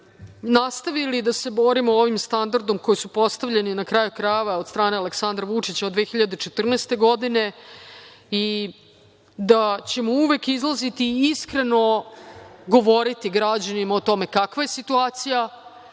nastavili da se borimo ovim standardom koji je postavljen, na kraju krajeva, od strane Aleksandra Vučića, od 2014. godine i da ćemo uvek izlaziti iskreno i govoriti građanima o tome kakva je situacija,